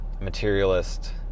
materialist